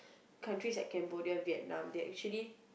countries like Cambodia Vietnam they actually